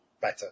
better